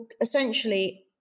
essentially